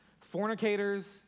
fornicators